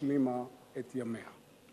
שהשלימה את ימיה.